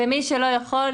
ומי שלא יכול,